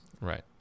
Right